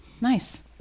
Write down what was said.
Nice